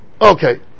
Okay